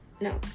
no